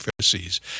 Pharisees